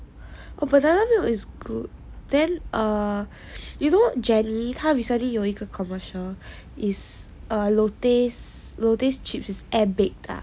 oh banana milk is good then err you know jenny 她 recently 有一个 commercial is a lotus lotus chips air baked ah